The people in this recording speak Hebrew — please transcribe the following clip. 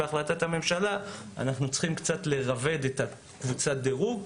בהחלטת הממשלה אנחנו צריכים קצת לרבד את קבוצת הדירוג.